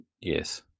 Yes